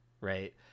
right